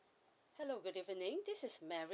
hello good evening this is mary